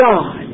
God